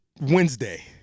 Wednesday